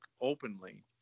openly